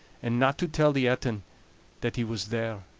and not to tell the etin that he was there.